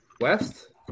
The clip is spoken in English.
West